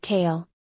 Kale